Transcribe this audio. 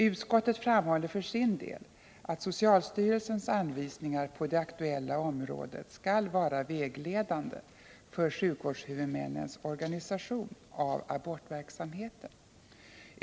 Utskottet framhåller för sin del att socialstyrelsens anvisningar på det aktuella området skall vara vägledande för sjukvårdshuvudmännens organisation av abortverksamheten.